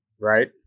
right